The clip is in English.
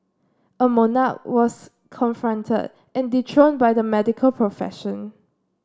a monarch was confronted and dethroned by the medical profession